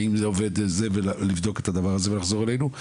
האם זה עובד ולבדוק את הדבר הזה ולחזור אלינו.